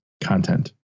content